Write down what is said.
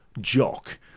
jock